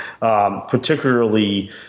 particularly